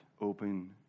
open